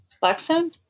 blackstone